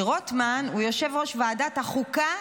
כי רוטמן הוא יושב-ראש ועדת החוקה,